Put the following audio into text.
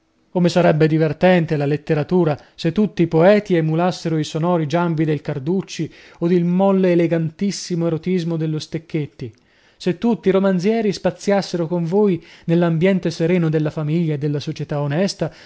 come sarebbe divertente la letteratura se tutti i poeti emulassero i sonori giambi del carducci od il molle elegantissimo erotismo dello stecchetti se tutti i romanzieri spaziassero con voi nell'ambiente sereno della famiglia e della società onesta